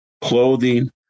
clothing